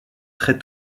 très